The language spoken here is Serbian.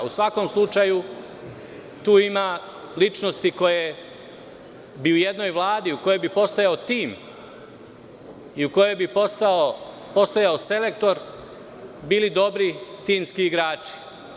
U svakom slučaju, tu ima ličnosti koje bi u jednoj Vladi u kojoj bi postojao tim i u kojoj bi postojao selektor, bili dobri timski igrači.